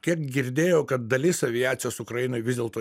kiek girdėjau kad dalis aviacijos ukrainoj vis dėlto